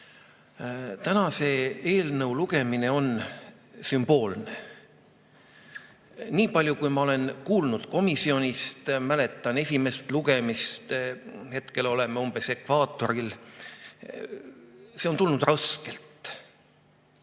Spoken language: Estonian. Selle eelnõu lugemine on sümboolne. Niipalju, kui ma olen kuulnud komisjonis ja mäletan esimest lugemist – hetkel oleme umbes ekvaatoril –, on see läinud raskelt.